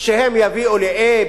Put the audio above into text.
שהם יביאו ל-A,